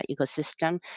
ecosystem